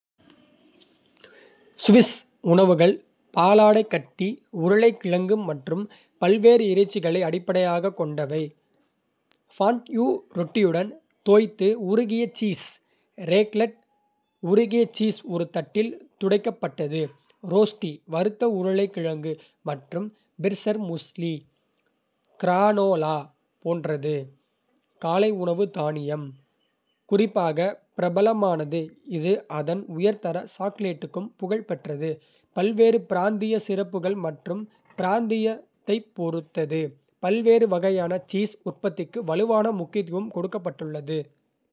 சுவிஸ் உணவுகள் பாலாடைக்கட்டி, உருளைக்கிழங்கு மற்றும் பல்வேறு இறைச்சிகளை அடிப்படையாகக் கொண்டவை, ஃபாண்ட்யூ ரொட்டியுடன் தோய்த்து உருகிய சீஸ். ரேக்லெட் உருகிய சீஸ் ஒரு தட்டில் துடைக்கப்பட்டது, ரோஸ்டி வறுத்த உருளைக்கிழங்கு, மற்றும் பிர்செர்முஸ்லி. கிரானோலா போன்றது காலை உணவு தானியம், குறிப்பாக பிரபலமானது; இது அதன் உயர்தர சாக்லேட்டுக்கும் புகழ்பெற்றது, பல்வேறு பிராந்திய சிறப்புகள் மற்றும் பிராந்தியத்தைப் பொறுத்து பல்வேறு வகையான சீஸ் உற்பத்திக்கு வலுவான முக்கியத்துவம் கொடுக்கப்பட்டுள்ளது.